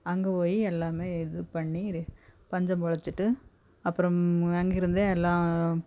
அங்கே போய் எல்லாமே இது பண்ணி ரே பஞ்சம் பிழச்சிட்டு அப்புறம் அங்கே இருந்தே எல்லாம்